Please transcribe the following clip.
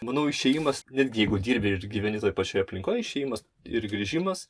manau išėjimas netgi jeigu dirbi ir gyveni toj pačioj aplinkoj išėjimas ir grįžimas